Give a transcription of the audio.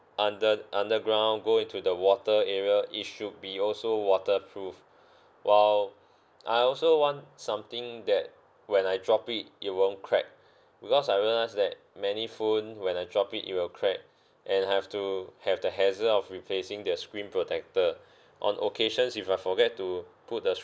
under~ underground go into the water area it should be also waterproof while I also want something that when I drop it it won't crack because I realised that many phone when I drop it it will crack and I have to have the hassle of replacing the screen protector on occasions if I forget to put the